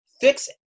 Fix